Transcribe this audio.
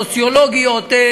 סוציולוגיות,